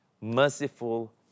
merciful